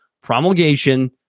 promulgation